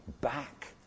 back